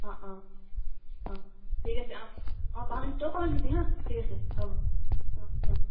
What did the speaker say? অঁ অঁ অঁ ঠিক আছে অঁ অঁ পাহৰি তইয়ো পাহৰি নাথাকিবি হাঁ ঠিক আছে হ'ব